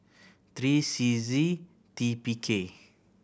three C Z T P K